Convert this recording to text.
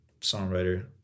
songwriter